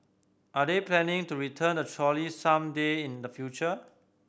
are they planning to return the trolley some day in the future